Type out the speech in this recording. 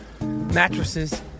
Mattresses